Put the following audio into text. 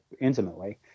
intimately